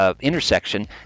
intersection